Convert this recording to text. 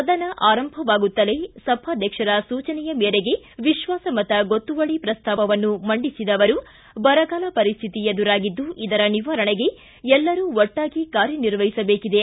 ಸದನ ಆರಂಭವಾಗುತ್ತಲೇ ಸಭಾಧ್ಯಕ್ಷರ ಸೂಚನೆಯ ಮೇರೆಗೆ ವಿಶ್ವಾಸ ಮತ ಗೊತ್ತುವಳಿ ಪ್ರಸ್ತಾವವನ್ನು ಮಂಡಿಸಿದ ಅವರು ಬರಗಾಲ ಪರಿಸ್ತಿತಿ ಎದುರಾಗಿದ್ದು ಇದರ ನಿವಾರಣೆಗೆ ಎಲ್ಲರೂ ಒಟ್ಟಾಗಿ ಕಾರ್ಯನಿರ್ವಹಿಸಬೇಕಿದೆ